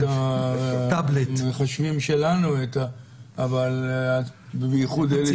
המחשבים שלנו אבל ביחוד אלה